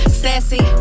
sassy